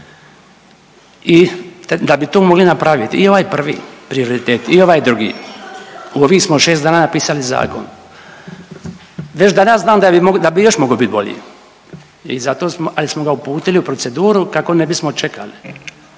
i da bi to mogli napravit i ovaj prvi prioritet i ovaj drugi, ovih smo 6 dana napisali zakon, već danas znam da bi još mog'o bit bolji i zato smo, ali smo ga uputili u proceduru kako ne bismo čekali